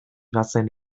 bazen